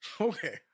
okay